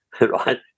right